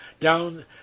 down